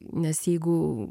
nes jeigu